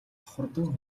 хурдан